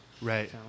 Right